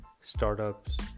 startups